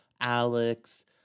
Alex